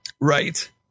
Right